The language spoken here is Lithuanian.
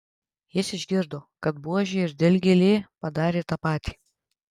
jis išgirdo kad buožė ir dilgėlė padarė tą patį